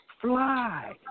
Fly